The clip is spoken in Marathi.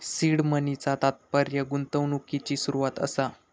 सीड मनीचा तात्पर्य गुंतवणुकिची सुरवात असा